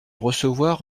recevoir